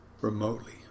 Remotely